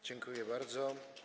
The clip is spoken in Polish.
Dziękuję bardzo.